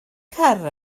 car